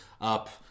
up